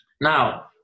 Now